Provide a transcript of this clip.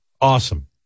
awesome